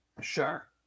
Sure